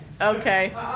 Okay